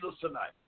tonight